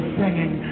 singing